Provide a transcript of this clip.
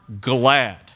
glad